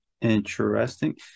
interesting